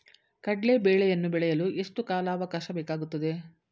ಕಡ್ಲೆ ಬೇಳೆಯನ್ನು ಬೆಳೆಯಲು ಎಷ್ಟು ಕಾಲಾವಾಕಾಶ ಬೇಕಾಗುತ್ತದೆ?